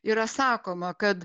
yra sakoma kad